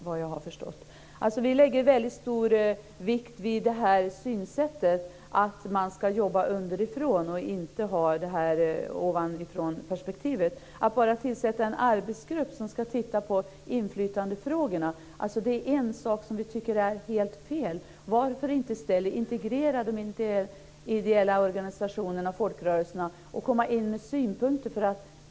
Vi fäster väldigt stor vikt vid synsättet att man ska jobba underifrån och inte ha ett ovanifrånperspektiv. Att bara tillsätta en arbetsgrupp som ska se på inflytandefrågorna är en sak som vi tycker är helt fel. Varför inte i stället integrera de ideella organisationerna och folkrörelserna och låta dem komma in med synpunkter?